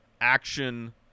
action